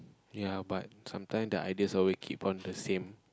ya but sometime the ideas always keep on the same